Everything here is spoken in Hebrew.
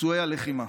פצועי הלחימה.